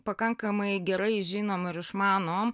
pakankamai gerai žinom ir išmanom